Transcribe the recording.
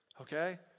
Okay